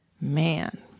Man